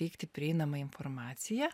teikti prieinamą informaciją